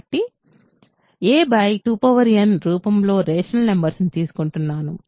కాబట్టి నేను a 2n రూపంలోని రేషనల్ నంబర్స్ ను తీసుకుంటున్నాను